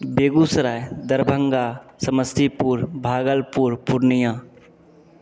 Begusarai Darbhanga Samastipur Bhagalpur Purnia